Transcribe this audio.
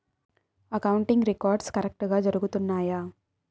accounting records కరెక్టుగా జరుగుతున్నాయా